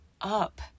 up